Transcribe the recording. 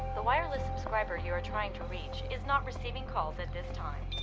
the wireless subscriber you are trying to reach is not receiving calls at this time.